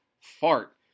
fart